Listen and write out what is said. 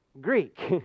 Greek